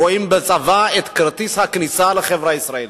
הם רואים בצבא את כרטיס הכניסה לחברה הישראלית.